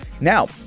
Now